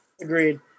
Agreed